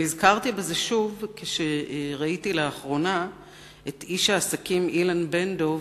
נזכרתי בזה שוב כשראיתי לאחרונה את איש העסקים אילן בן-דב